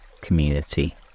community